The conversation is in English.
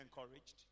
encouraged